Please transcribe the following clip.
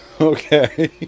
okay